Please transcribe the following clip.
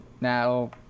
now